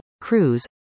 cruise